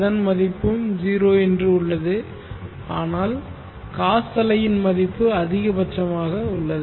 அதன் மதிப்பும் 0 என்று உள்ளது ஆனால் காஸ் அலையின் மதிப்பு அதிகபட்சமாக உள்ளது